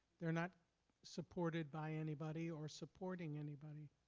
they are not supported by anybody or supporting anybody.